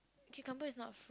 cucumbers is not